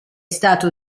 stato